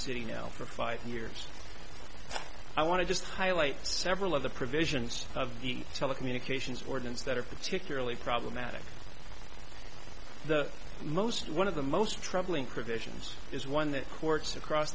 city now for five years i want to just highlight several of the provisions of the telecommunications ordinance that are particularly problematic the most one of them most troubling provisions is one that courts across